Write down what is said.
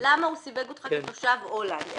למה הוא סיווג אותך כתושב הולנד.